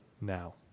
now